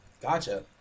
Gotcha